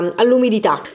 all'umidità